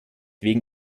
wegen